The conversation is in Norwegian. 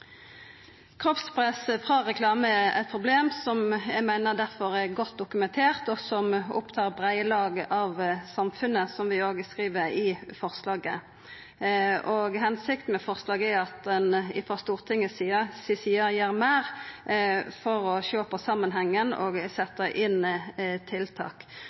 Kroppspress frå reklame er eit problem som eg difor meiner er godt dokumentert, og som opptar breie lag av samfunnet – som vi òg skriv i forslaget. Hensikta med forslaget er at ein frå Stortinget si side gjer meir for å sjå på samanhengen og setja inn tiltak.